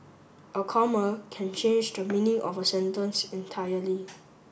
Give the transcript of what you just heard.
a comma can change the meaning of a sentence entirely